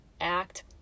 act